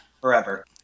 forever